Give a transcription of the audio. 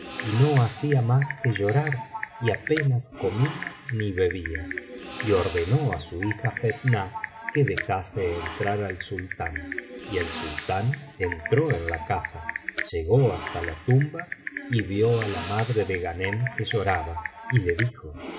y no hacía mas que llorar y apenas comía ni bebía y ordenó á su hija fetnah que dejase entrar al sultán y el sultán entró en la casa llegó hasta la tumba y vio á la madre de grhanem que lloraba y le dijo